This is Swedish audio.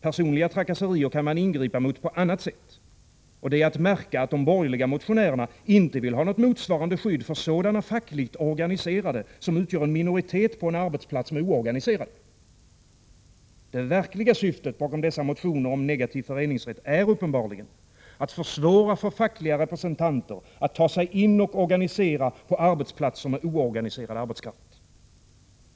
Personliga trakasserier kan man ingripa mot på annat sätt, och det är att märka att de borgerliga motionärerna inte vill ha något motsvarande skydd för sådana fackligt organiserade som utgör en minoritet på en arbetsplats med oorganiserade. Det verkliga syftet bakom dessa motioner om negativ föreningsrätt är uppenbarligen att försvåra för fackliga representanter att ta sig in och organisera på arbetsplatser med oorganiserad arbetskraft.